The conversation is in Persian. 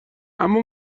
اما